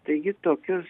taigi tokius